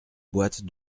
boîte